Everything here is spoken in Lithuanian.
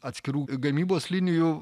atskirų gamybos linijų